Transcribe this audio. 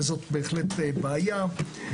וזאת בהחלט בעיה.